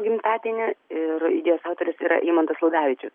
gimtadienį ir idėjos autorius yra eimantas ludavičius